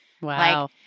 Wow